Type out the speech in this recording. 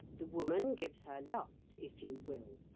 the woman gives her love, if you will.